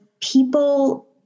people